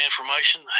information